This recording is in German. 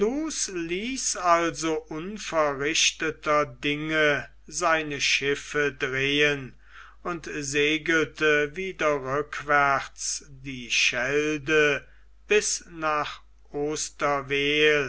also unverrichteter dinge seine schiffe drehen und segelte wieder rückwärts die schelde bis nach